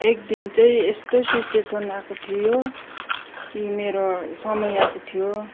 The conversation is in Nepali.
एकदिन चाहिँ यस्तो सिचुएसन आएको थियो कि मेरो समय आएको थियो